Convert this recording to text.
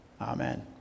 Amen